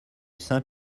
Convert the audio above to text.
saint